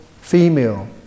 female